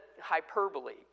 hyperbole